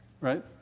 right